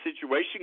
situation